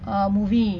ah movie